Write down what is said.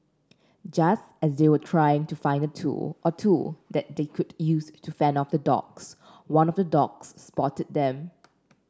just as they were trying to find a tool or two that they could use to fend off the dogs one of the dogs spotted them